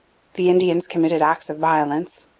the indians committed acts of violence,